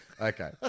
Okay